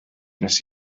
wnes